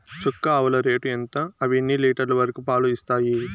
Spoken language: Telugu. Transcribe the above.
చుక్క ఆవుల రేటు ఎంత? అవి ఎన్ని లీటర్లు వరకు పాలు ఇస్తాయి?